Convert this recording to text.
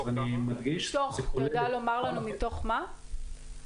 אני מדגיש -- אתה יכול לומר לנו מתוך מה?